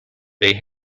they